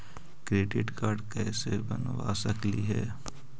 Credit card कैसे बनबा सकली हे?